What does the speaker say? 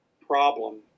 problem